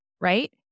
right